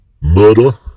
Murder